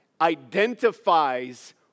identifies